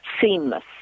seamless